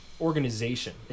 organization